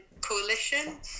coalition